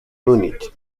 múnich